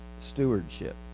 Stewardship